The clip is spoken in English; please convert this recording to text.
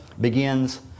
begins